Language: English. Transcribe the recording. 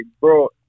bro